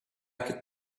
could